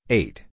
eight